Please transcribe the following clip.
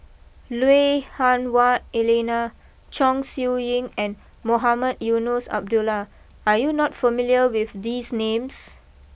Lui Hah Wah Elena Chong Siew Ying and Mohamed Eunos Abdullah are you not familiar with these names